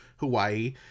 Hawaii